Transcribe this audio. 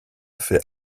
fait